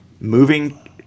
moving